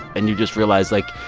and you just realize, like,